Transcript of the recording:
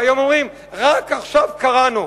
והיום אומרים: רק עכשיו קראנו.